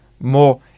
more